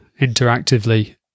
interactively